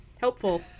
Helpful